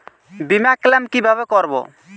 বিমা ক্লেম কিভাবে করব?